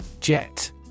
Jet